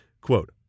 Quote